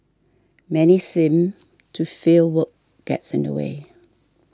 many seem to feel work gets in the way